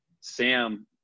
Sam